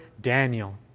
Daniel